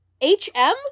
H-M